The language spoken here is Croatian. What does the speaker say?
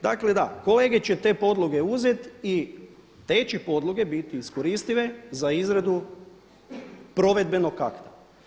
Dakle da, kolege će te podloge uzeti i te će podloge biti iskoristive za izradu provedbenog akta.